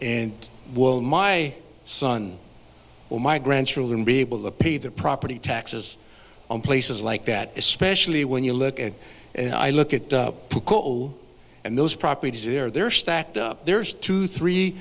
and will my son or my grandchildren be able to pay their property taxes on places like that especially when you look at i look at and those properties here they're stacked up there's two three